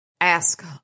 Ask